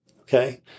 Okay